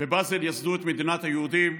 "בבאזל ייסדו את מדינת היהודים",